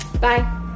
Bye